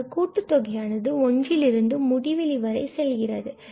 இங்கு கூட்டு தொகையானது n ஒன்றிலிருந்து வரை செல்கிறது